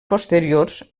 posteriors